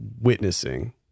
witnessing